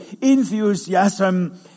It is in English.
enthusiasm